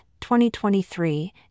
2023